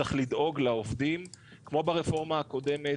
צריך לדאוג לעובדים כמו ברפורמה הקודמת,